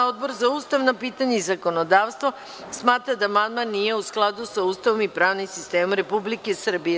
Odbor za ustavna pitanja i zakonodavstvo smatra da amandman nije u skladu sa Ustavom i pravnim sistemom Republike Srbije.